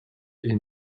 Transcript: est